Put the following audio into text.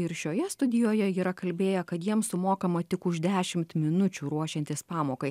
ir šioje studijoje yra kalbėję kad jiems sumokama tik už dešimt minučių ruošiantis pamokai